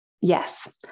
Yes